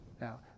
Now